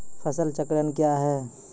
फसल चक्रण कया हैं?